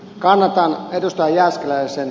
kanadan edustajia sellaisen